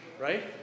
Right